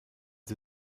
sie